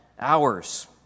hours